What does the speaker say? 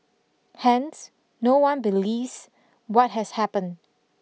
Hence no one believes what has happened